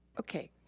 okay,